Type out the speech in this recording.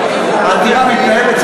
העתירה מתנהלת,